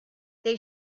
they